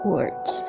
Words